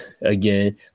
Again